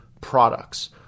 products